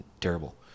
terrible